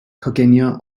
coginio